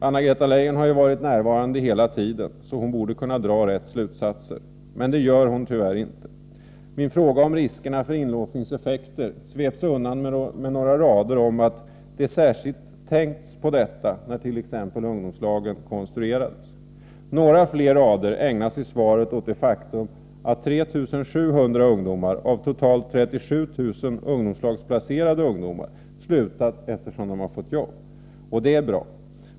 Anna-Greta Leijon har ju varit närvarande här hemma hela tiden, så hon borde kunna dra de rätta slutsatserna. Men det gör hon tyvärr inte. Min fråga om riskerna för inlåsningseffekter sveps undan med några rader om att det tänkts särskilt på dessa när t.ex. ungdomslagen konstruerades. Några fler rader i svaret ägnas åt det faktum att 3 700 av 37 000 ungdomslagsplacerade ungdomar slutat eftersom de har fått jobb. Det är bra.